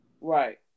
Right